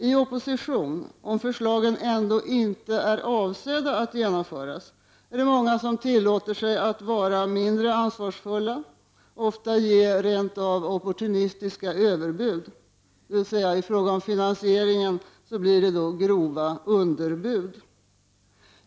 I opposition, om förslagen ändå inte är avsedda att genomföras, är det många som tillåter sig att vara mindre ansvarsfulla, ofta ger de rent av opportunistiska överbud, dvs. i fråga om finansiering blir det grova underbud.